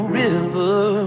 river